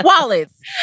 wallets